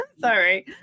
Sorry